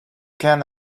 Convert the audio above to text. can